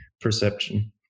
perception